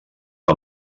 que